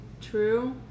true